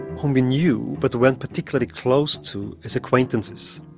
um we knew but weren't particularly close to as acquaintances.